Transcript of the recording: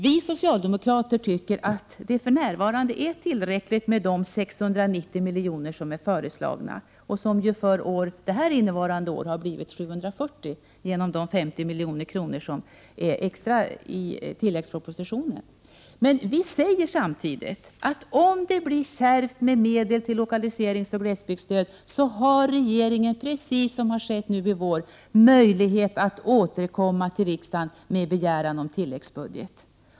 Vi socialdemokrater tycker att det för närvarande är tillräckligt med de 690 miljoner som är föreslagna, och som för innevarande år har blivit 740 miljoner genom de 50 miljoner extra som anslagits genom tilläggspropositionen. Men vi säger samtidigt, att om det blir kärvt med medel till lokaliseringsoch glesbygdsstöd har regeringen, precis som skett nu i vår, möjlighet att återkomma till riksdagen med begäran om tilläggsanslag.